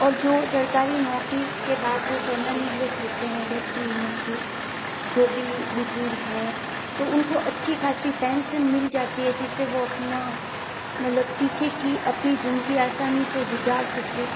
और जो सरकारी नौकरी के बाद जो सेनानी व्रत होते हैं बढ़ती उम्र के जो भी बुजुर्ग हैं तो उनको अच्छी खासी पेंसन मिल जाती है जिससे वह अपना मतलब पीछे की अपनी जिंदगी आसानी से गुजार सके